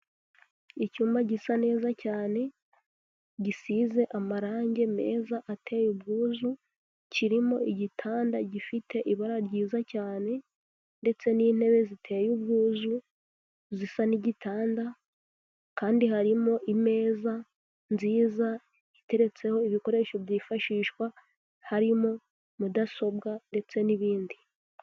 Icyumba gisa neza cyane, gisize amarangi meza ateye ubwuzu, kirimo igitanda gifite ibara ryiza cyane ndetse n'intebe ziteye ubwuzu zisa n'igitanda kandi harimo imeza nziza, iteretseho ibikoresho byifashishwa, harimo mudasobwa ndetse n'ibindi.